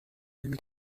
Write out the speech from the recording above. علمی